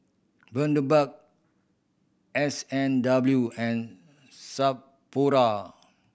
Bundaberg S and W and Sapporo